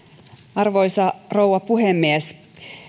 arvoisa rouva puhemies